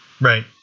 right